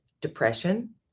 depression